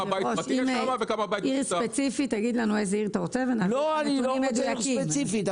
תגיד לנו עיר ספציפית וניתן נתונים מדויקים.